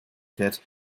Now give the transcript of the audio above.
fährt